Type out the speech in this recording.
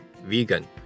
vegan